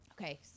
okay